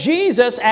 Jesus